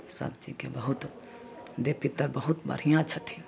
सबचीजके बहुत देव पितर बहुत बढ़िआँ छथिन